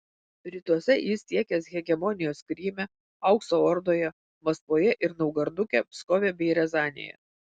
rytuose jis siekęs hegemonijos kryme aukso ordoje maskvoje ir naugarduke pskove bei riazanėje